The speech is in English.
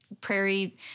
Prairie